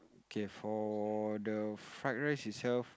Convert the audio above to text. K for the fried rice itself